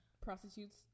Prostitutes